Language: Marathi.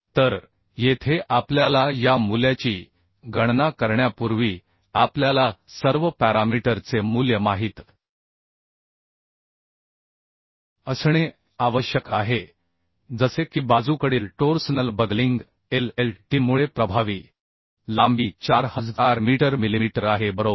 तर येथे आपल्याला या मूल्याची गणना करण्यापूर्वी आपल्याला सर्व पॅरामीटर चे मूल्य माहित असणे आवश्यक आहे जसे की बाजूकडील टोर्सनल बकलिंग LLt मुळे प्रभावी लांबी 4000 मीटर मिलिमीटर आहे बरोबर